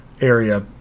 area